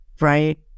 Right